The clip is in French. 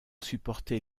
supporter